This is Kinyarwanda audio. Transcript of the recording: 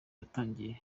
yatangiye